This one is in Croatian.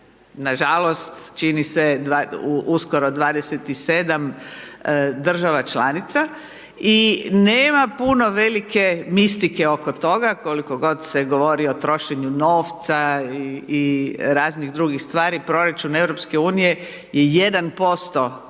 nažalost čini se uskoro 27 država članica i nema puno velike mistike oko toga koliko god se govorilo o trošenju novca i raznih stvari, proračun EU-a je